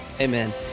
Amen